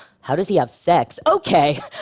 how does he have sex? ok,